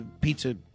pizza